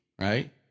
right